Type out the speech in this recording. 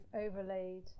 overlaid